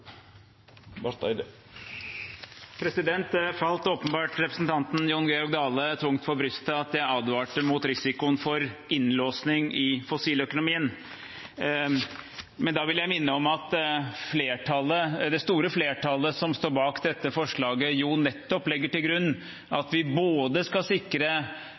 Det falt åpenbart representanten Jon Georg Dale tungt for brystet at jeg advarte mot risikoen for innlåsing i fossiløkonomien. Da vil jeg minne om at det store flertallet som står bak dette forslaget, jo nettopp legger til grunn at vi skal sikre